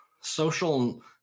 Social